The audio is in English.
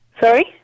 sorry